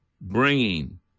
bringing